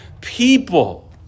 people